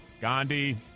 Gandhi